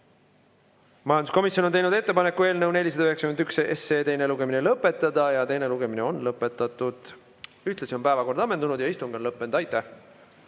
Majanduskomisjon on teinud ettepaneku eelnõu 491 teine lugemine lõpetada. Teine lugemine on lõpetatud. Ühtlasi on päevakord ammendunud ja istung on lõppenud. Aitäh!